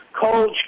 coach